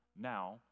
now